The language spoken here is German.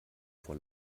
vor